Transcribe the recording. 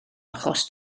achos